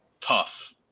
Tough